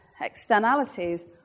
externalities